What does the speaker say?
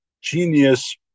genius